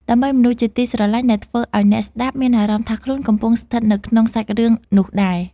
ដើម្បីមនុស្សជាទីស្រឡាញ់ ដែលធ្វើឱ្យអ្នកស្ដាប់មានអារម្មណ៍ថាខ្លួនកំពុងស្ថិតនៅក្នុងសាច់រឿងនោះដែរ។